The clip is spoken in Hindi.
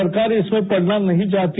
सरकार इसमें पड़ना नहीं चाहती